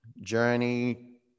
Journey